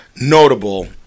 notable